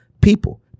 People